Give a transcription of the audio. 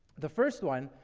the first one,